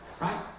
Right